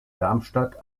darmstadt